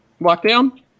lockdown